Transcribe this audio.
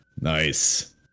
Nice